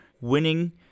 winning